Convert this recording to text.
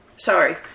Sorry